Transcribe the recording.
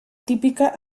típica